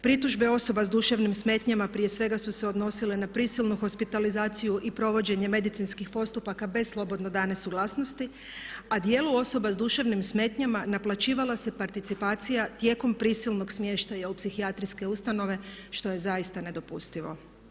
Pritužbe osoba s duševnim smetnjama prije svega su se odnosile na prisilnu hospitalizaciju i provođenje medicinskih postupaka bez slobodno dane suglasnosti, a dijelu osoba s duševnim smetnjama naplaćivala se participacija tijekom prisilnog smještaja u psihijatrijske ustanove što je zaista nedopustivo.